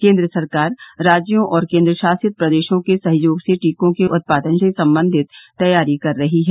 केंद्र सरकार राज्यों और केंद्रशासित प्रदेशों के सहयोग से टीकों के उत्पादन से संबंधित तैयारी कर रही है